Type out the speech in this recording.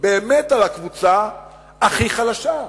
באמת על הקבוצה הכי חלשה.